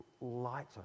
lighter